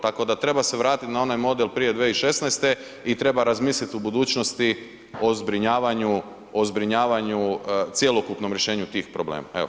Tako treba se vratiti na onaj model prije 2016. i treba razmisliti u budućnosti o zbrinjavanju, cjelokupnom rješenju tih problema.